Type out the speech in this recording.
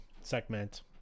segment